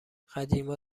قدیما